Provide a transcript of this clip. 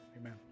Amen